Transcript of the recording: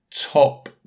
Top